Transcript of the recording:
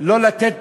לא לתת